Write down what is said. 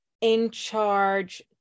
in-charge